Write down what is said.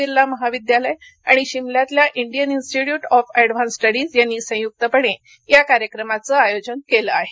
बिर्ला महाविद्यालय आणि शिमल्यातल्या Indian Institute of Advanced Studies यांनी संयुक्तपणे या कार्यक्रमाचं आयोजन केलं आहे